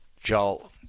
Joel